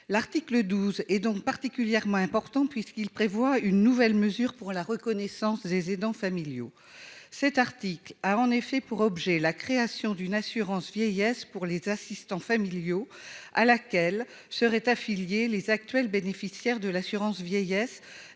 l'article 12 est particulièrement important puisqu'il prévoit une nouvelle mesure pour la reconnaissance des aidants familiaux. Cet article a en effet pour objet la création d'une assurance vieillesse pour les aidants familiaux à laquelle seraient affiliés les actuels bénéficiaires de l'assurance vieillesse